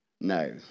No